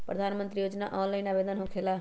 प्रधानमंत्री योजना ऑनलाइन आवेदन होकेला?